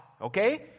okay